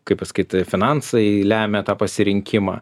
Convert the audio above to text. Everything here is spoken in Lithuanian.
kaip pasakyt finansai lemia tą pasirinkimą